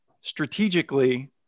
strategically